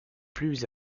plus